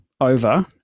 over